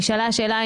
נשאלה השאלה,